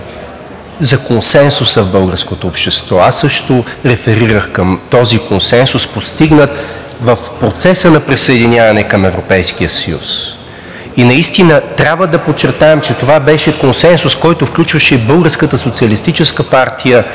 за консенсуса в българското общество. Аз също реферирах към този консенсус, постигнат в процеса на присъединяване към Европейския съюз. И наистина трябва да подчертаем, че това беше консенсус, който включваше и Българската социалистическа партия